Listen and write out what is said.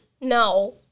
No